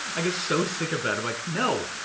i get so sick of that, i'm like, no,